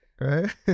right